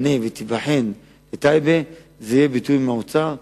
תוכנית הבראה שתיבנה ותיבחן בטייבה תהיה בתיאום עם האוצר,